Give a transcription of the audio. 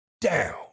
down